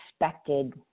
expected